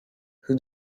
who